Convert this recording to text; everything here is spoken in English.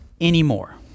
anymore